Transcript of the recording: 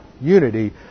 unity